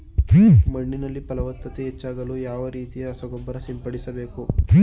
ಮಣ್ಣಿನಲ್ಲಿ ಫಲವತ್ತತೆ ಹೆಚ್ಚಾಗಲು ಯಾವ ರೀತಿಯ ರಸಗೊಬ್ಬರ ಸಿಂಪಡಿಸಬೇಕು?